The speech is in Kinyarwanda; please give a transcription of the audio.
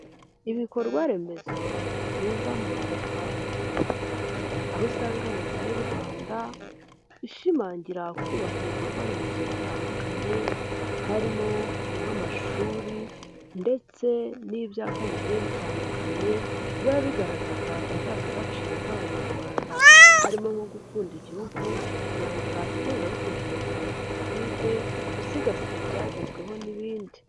Ibikorwa remezo ni byiza mu banyarwanda aho usanga Leta y'u Rwanda ishimangira kubaka ibikorwa remezo bitandukanye, harimo nk'amashuri ndetse n'ibyapa bigiye bitandukanye biba bigaragaza indangagaciro z'abanyarwanda, harimo nko gukunda igihugu, kurandura ingengabitekerezo ya jenoside, gusigasira ibyagezweho n'ibindi.